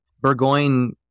Burgoyne